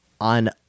on